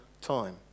time